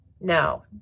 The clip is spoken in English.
No